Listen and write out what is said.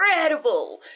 incredible